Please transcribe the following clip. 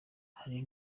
hari